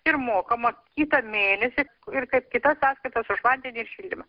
ir mokama kitą mėnesį ir kaip kitas sąskaitas už vandenį ir šildymą